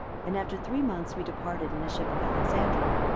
and after three months we departed in a ship of alexandria,